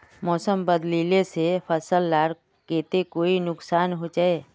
मौसम बदलिले से फसल लार केते कोई नुकसान होचए?